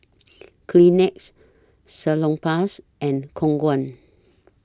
Kleenex Salonpas and Khong Guan